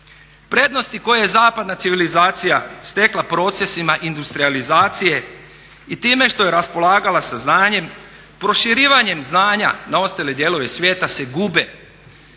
Prednosti koje je zapadna civilizacija stekla procesima industrijalizacije i time što je raspolagala sa znanjem, proširivanjem znanja na ostale dijelove svijeta se gube.